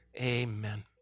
amen